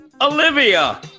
Olivia